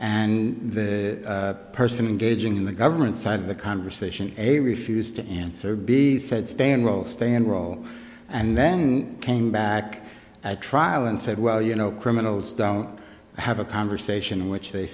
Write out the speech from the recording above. and the person gauging the government side of the conversation a refused to answer b said stay and roll stay and roll and then came back at trial and said well you know criminals don't have a conversation which they